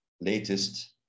latest